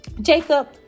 Jacob